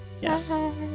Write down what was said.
Yes